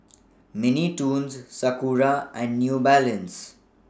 Mini Toons Sakura and New Balance